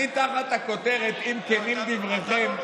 אני תחת הכותרת: אם כנים דבריכם.